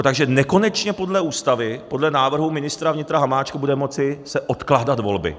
Takže nekonečně podle Ústavy se podle návrhu ministra vnitra Hamáčka budou moci odkládat volby.